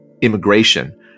immigration